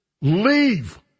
Leave